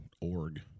org